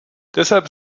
deshalb